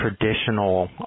traditional